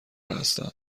هستم